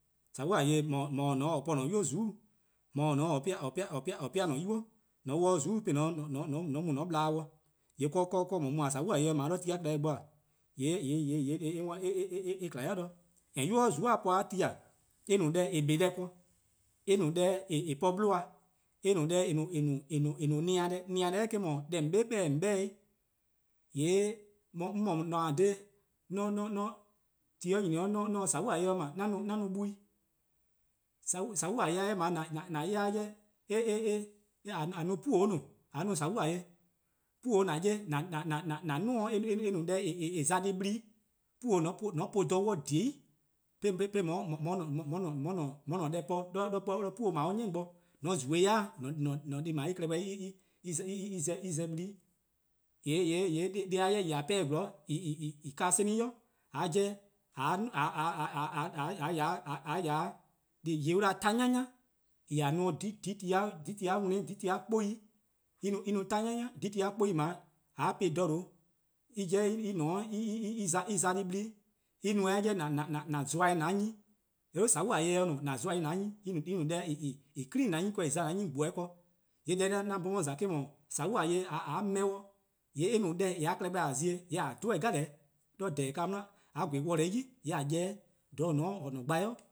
:Sobo'-deh :mor :or :ne 'o :on po-a :an-a'a: 'nynuu: :zuku', :mor :or :ne-a 'o :on pean' :an-a'a: nynuu', :mor :on 'wluh 'de :zuku'-' 'de an ple-dih, :yee' :mor mu sobo'-deh 'ble-' 'do ti-a' :klehkpeh bo :e, :yee' eh 'worn eh :kma 'i, :en 'yu-a :zuku'-a po-a ti :daa eh no deh :eh kpa-a' deh ken eh no deh :eh po-a 'bluhba, eh no de: eh no-a :gwlehehn'-deh, :gwlehehn'-deh: eh-: 'dhu 'deh :on 'be 'beh-dih-a :on 'beh-dih-a eh, :yee' 'mor :on :ne-a dha :daa, :mor ti nyni 'o :mor 'on se sobo'-deh 'ble :yee' 'an no duo'+ sobo'-deh-a 'jeh :an 'ye-a 'jeh :a no :bhuhbuh' 'i :a no sobo'-deh: deh, :bhuhbuh' :an 'ye-a :an :duo-uh 'weh on no deh :ah za-a deh :vlehehn', :bhuhbuh' :mor :on po-uh dha on :dhie: 'i, 'de :on 'ye :an-a' deh po'de :bhuhbuh' :dao' an 'ni bo, :mor on gbu-ih deh :an deh :dao' en-: klehkpeh eh za-ih :vlehehn' dih, :yee' deh 'jeh :a 'pehn-de 'zorn :en kan-a :kleen: 'i :a jeh, :mor :a 'ya 'de deh an 'da-dih-a 'torn 'nya'nya, en :a no-dih-a. yuh-a 'kpou:+ en no 'torn 'nya'nya, 'kpou:+ :dao' :mor :a po-ih :dha :due', en 'jeh en za deh :vlehehn', en no-eh :an zuan-dih :an-a' 'nyne. :mor eh 'dhu sobu'-deh se :ne :an zuan'-dih :an-a' 'nyene 'weh, en no deh en clean-a :an 'nyene ken-dih eh za-ih-a :gbebe ken. :yee' deh 'an 'bhorn 'on 'ye-a :za eh-: 'dhu, sobo' deh :mor :a 'ble-eh, :yee' eh no deh :a klehkpeh :a zie-dih, :yee' :a 'dhe-eh deh 'jeh, 'de :vdhenenh' ka 'di :mor :a gweh worlor: 'i :yee' :a ya-eh 'de 'weh, 'do :dha :on :ne-a :or :ne-a gban 'i, '